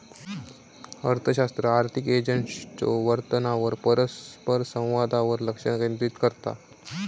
अर्थशास्त्र आर्थिक एजंट्सच्यो वर्तनावर आणि परस्परसंवादावर लक्ष केंद्रित करता